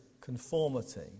conformity